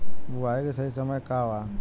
बुआई के सही समय का वा?